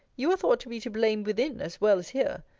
you are thought to be to blame within, as well as here.